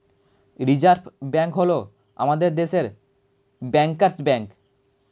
reserve bank হল আমাদের দেশের ব্যাঙ্কার্স ব্যাঙ্ক